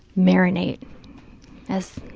marinate as